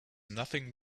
nothing